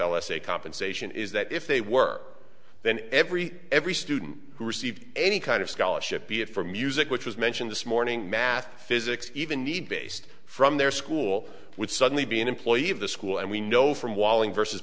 a compensation is that if they work then every every student who received any kind of scholarship be it for music which was mentioned this morning math physics even need based from their school would suddenly be an employee of the school and we know from walling versus